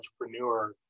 entrepreneur